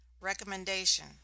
Recommendation